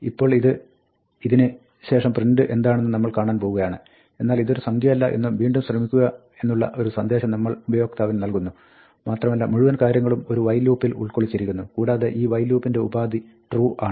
ഇപ്പോൾ ഇതിന് ശേഷം പ്രിന്റ് എന്താണെന്ന് നമ്മൾ കാണാൻ പോകുകയാണ് എന്നാൽ ഇതൊരു സംഖ്യയല്ല എന്നും വീണ്ടും ശ്രമിക്കുക എന്നുള്ള ഒരു സന്ദേശം നമ്മൾ ഉപയോക്താവിന് നൽകുന്നു മാത്രമല്ല മുഴുവൻ കാര്യങ്ങളും ഒരു വൈൽ ലൂപ്പിൽ ഉൾക്കൊള്ളിച്ചിരിക്കുന്നു കൂടാതെ ഈ വൈൽ ലൂപ്പിന്റെ ഉപാധി ട്രൂ ആണ്